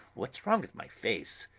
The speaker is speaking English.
what's wrong with my face?